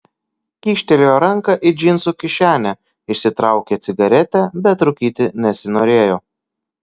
kyštelėjo ranką į džinsų kišenę išsitraukė cigaretę bet rūkyti nesinorėjo